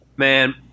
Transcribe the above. man